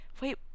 wait